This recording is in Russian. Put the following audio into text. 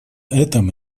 этом